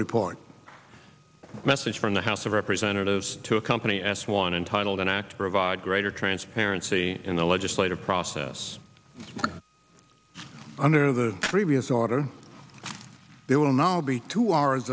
report a message from the house of representatives to a company as one entitled an act provide greater transparency in the legislative process under the previous order there will now be two hours